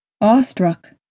Awestruck